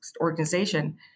organization